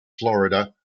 florida